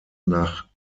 nach